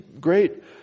great